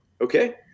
Okay